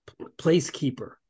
placekeeper